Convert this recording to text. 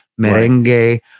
merengue